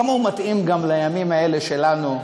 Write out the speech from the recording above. כמה הוא מתאים גם לימים האלה שלנו,